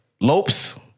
Lopes